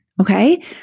Okay